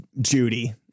Judy